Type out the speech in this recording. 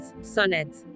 sonnet